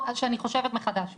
שאני חושבת מחדש,